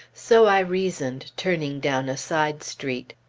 so i reasoned, turning down a side street.